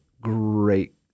great